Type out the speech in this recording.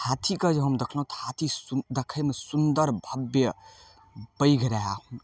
हाथीके जे हम देखलहुँ तऽ हाथी सु देखयमे सुन्दर भव्य पैघ रहै